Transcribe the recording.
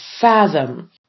fathom